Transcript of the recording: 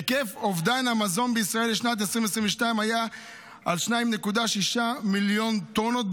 היקף אובדן המזון בישראל לשנת 2022 היה 2.6 מיליון טונות,